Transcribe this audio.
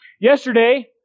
Yesterday